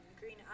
green